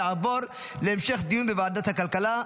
יעבור להמשך דיון בוועדת הכלכלה.